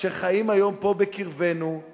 שחיים היום פה בקרבנו,